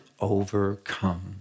overcome